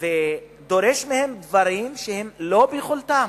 ודורשים מהן דברים שהם לא ביכולתן.